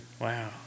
Wow